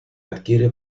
adquiere